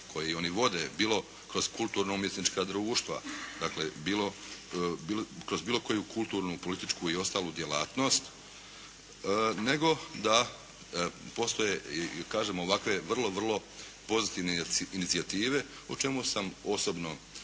koji oni vode bilo kroz kulturno-umjetnička društva dakle bilo, kroz bilo koju kulturnu, političku i ostalu djelatnost nego da postoje i kažem ovakve vrlo, vrlo pozitivne inicijative o čemu sam osobno